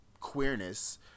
queerness